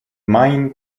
mine